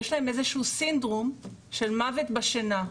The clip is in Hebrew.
יש להם איזשהו סינדרום של מוות בשינה.